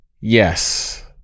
Yes